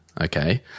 Okay